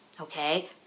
okay